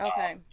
Okay